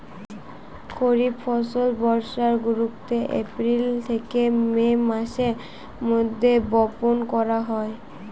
খরিফ ফসল বর্ষার শুরুতে, এপ্রিল থেকে মে মাসের মধ্যে বপন করা হয়